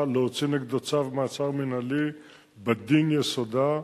להוציא נגדו צו מעצר מינהלי בדין יסודה,